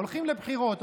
הולכים לבחירות,